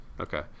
Okay